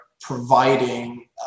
providing